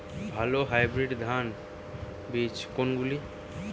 ভালো হাইব্রিড ধান বীজ কোনগুলি?